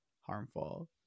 harmful